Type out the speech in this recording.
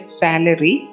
salary